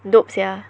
dope sia